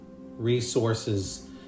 resources